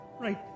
right